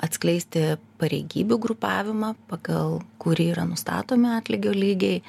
atskleisti pareigybių grupavimą pagal kurį yra nustatomi atlygio lygiai